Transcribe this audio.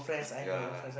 yea